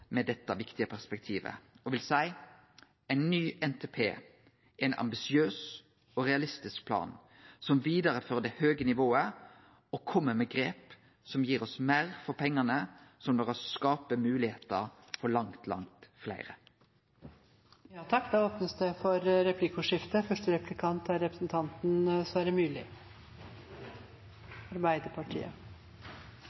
dette viktige perspektivet og vil seie at ny NTP er ein ambisiøs og realistisk plan som vidarefører det høge nivået og kjem med grep som gir oss meir for pengane, og som lar oss skape moglegheiter for langt, langt fleire. Det blir replikkordskifte. Takk til samferdselsministeren for